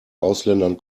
ausländern